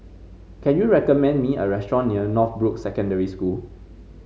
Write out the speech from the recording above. can you recommend me a restaurant near Northbrooks Secondary School